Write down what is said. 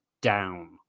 down